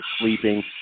sleeping